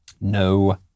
No